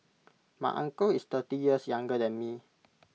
my uncle is thirty years younger than me